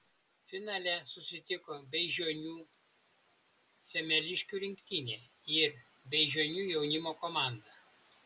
finale susitiko beižionių semeliškių rinktinė ir beižionių jaunimo komanda